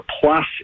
plus